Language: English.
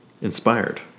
inspired